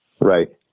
Right